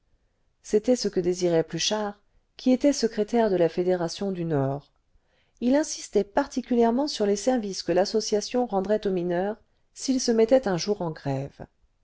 c'était ce que désirait pluchart qui était secrétaire de la fédération du nord il insistait particulièrement sur les services que l'association rendrait aux mineurs s'ils se mettaient un jour en grève